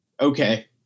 Okay